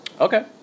Okay